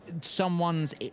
someone's